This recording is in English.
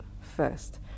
first